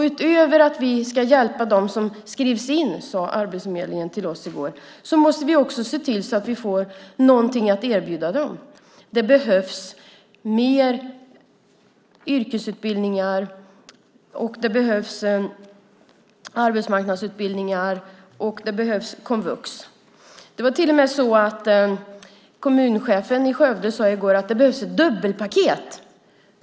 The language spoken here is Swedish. Utöver att vi ska hjälpa dem som skrivs in, sade Arbetsförmedlingen till oss i går, måste vi också se till att vi får någonting att erbjuda dem. Det behövs mer yrkesutbildningar, arbetsmarknadsutbildningar och komvux. Kommunchefen i Skövde sade i går att det behövs ett dubbelpaket.